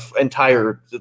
entire –